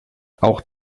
auch